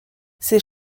ses